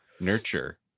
nurture